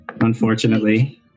unfortunately